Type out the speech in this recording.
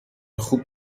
خوب